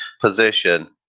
position